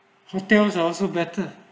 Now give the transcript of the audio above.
hotels are also better